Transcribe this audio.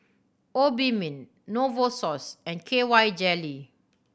Obimin Novosource and K Y Jelly